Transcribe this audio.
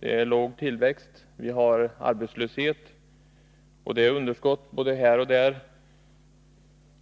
Det är låg tillväxt, arbetslöshet och underskott både här och där,